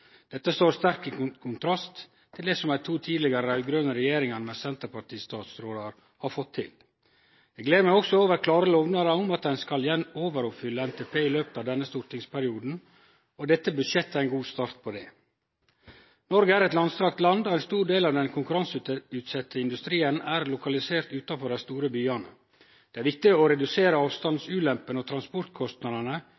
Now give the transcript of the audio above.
Dette står i sterk kontrast til det som dei to tidlegare raud-grøne regjeringane med senterpartistatsrådar har fått til. Eg gler meg også over klare lovnader om at ein skal overoppfylle NTP i løpet av denne stortingsperioden, og dette budsjettet er ein god start på det. Noreg er eit langstrakt land, og ein stor del av den konkurranseutsette industrien er lokalisert utanfor dei store byane. Det er viktig å redusere